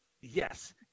Yes